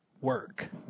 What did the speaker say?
work